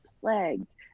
plagued